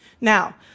Now